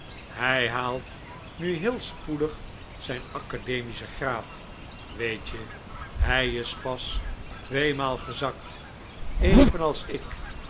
hij haalt nu heel spoedig zijn academischen graad weet je hij is pas tweemaal gezakt evenals ik